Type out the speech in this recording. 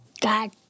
God